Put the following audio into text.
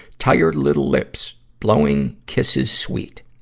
tired little lips, blowing kisses sweet.